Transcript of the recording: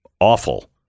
awful